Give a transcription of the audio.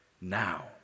now